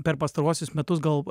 per pastaruosius metus gal